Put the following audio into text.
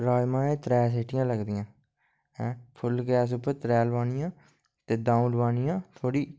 राजमाह् गी त्रै सिटियां लगदियां फुल गैस उप्पर त्रै लगबानियां ते द'ऊं लगबानियां थोड़ी